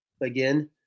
again